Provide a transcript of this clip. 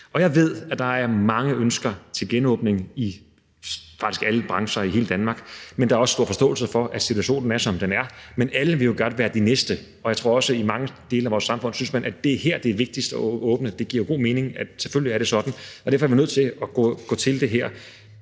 Jeg ved, at der er mange ønsker til en genåbning – i faktisk alle brancher i hele Danmark – men der er også stor forståelse for, at situationen er, som den er. Men alle vil jo godt være de næste, og jeg tror også, at man i mange dele af vores samfund synes, at det er her, det er vigtigst at åbne, og det giver jo god mening, at det selvfølgelig er sådan, og derfor er vi nødt til at gå meget